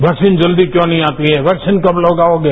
vaccine जल्दी क्यों नहीं आती है वैकसीन कब लगाओगे